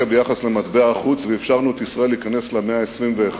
ביחס למטבע החוץ ואפשרנו לישראל להיכנס למאה ה-21.